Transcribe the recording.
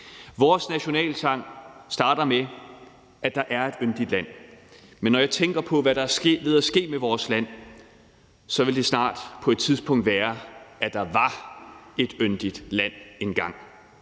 Vores nationalsang starter med, at der er et yndigt land, men når jeg tænker på, hvad der er ved at ske med vores land, vil det snart, på et tidspunkt blive: Der var et yndigt land engang.